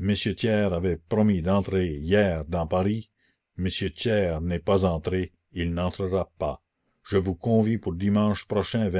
m thiers avait promis d'entrer hier dans paris m thiers n'est pas entré il n'entrera pas je vous convie pour dimanche prochain